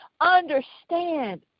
understand